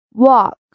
Walk